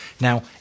now